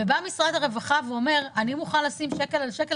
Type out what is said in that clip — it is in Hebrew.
ובא משרד הרווחה ואומר שהוא מוכן לשים שקל על שקל